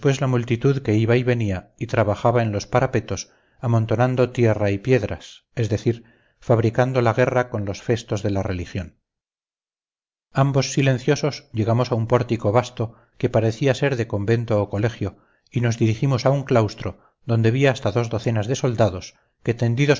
la multitud que iba y venía y trabajaba en los parapetos amontonando tierra y piedras es decir fabricando la guerra con los festos de la religión ambos silenciosos llegamos a un pórtico vasto que parecía ser de convento o colegio y nos dirigimos a un claustro donde vi hasta dos docenas de soldados que